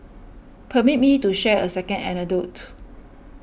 permit me to share a second anecdote